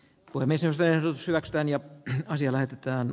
k uimisen se hyväksytään ja asia lähetetään